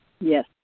Yes